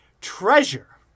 Treasure